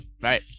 Right